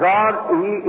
God—he